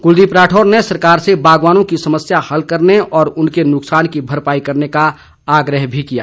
कुलदीप राठौर ने सरकार से बागवानों की समस्या हल करने और उनके नुकसान की भरपाई करने का आग्रह भी किया है